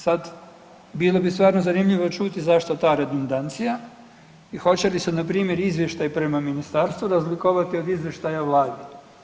Sad bilo bi stvarno zanimljivo čuti zašto ta redundancija i hoće li se npr. izvještaj prema ministarstvu razlikovati od izvještaja vlade?